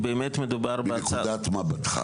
מנקודת מבטך.